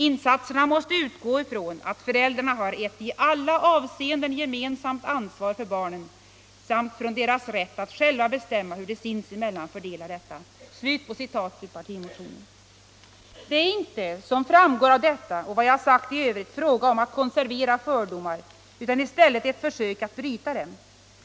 Insatserna måste utgå ifrån att föräldrarna har ett i alla avseenden gemensamt ansvar för barnen samt från deras rätt att själva bestämma hur de sinsemellan fördelar detta.” Det är inte, som framgår av detta och vad jag sagt i övrigt, fråga om att konservera fördomar utan i stället ett försök att göra slut på dem.